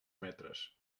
metres